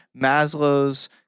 Maslow's